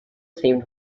seemed